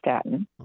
statin